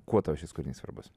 kuo tau šis kūrinys svarbus